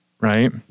right